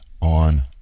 on